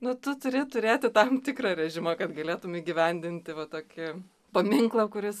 nu tu turi turėti tam tikrą režimą kad galėtum įgyvendinti va tokį paminklą kuris